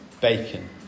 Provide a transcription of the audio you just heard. Bacon